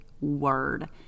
word